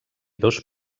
dos